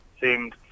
seemed